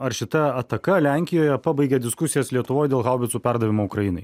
ar šita ataka lenkijoje pabaigė diskusijas lietuvoj dėl haubicų perdavimo ukrainai